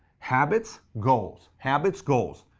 habits, goals. habits, goals.